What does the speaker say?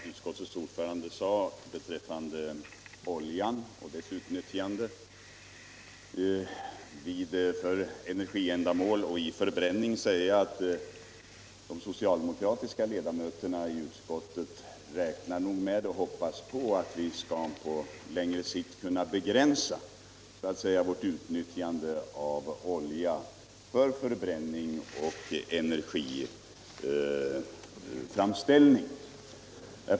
Herr talman! Jag vill med anledning av vad utskottets ordförande sade om oljan och dess utnyttjande för energiändamål och i förbränning säga att de socialdemokratiska ledamöterna i utskottet räknar med att vi på längre sikt skall kunna begränsa vårt utnyttjande av olja för förbränning och energiframställning.